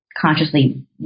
consciously